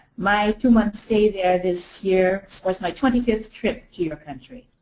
my two months stay there this year was my twenty fifth trip to your country.